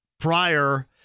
prior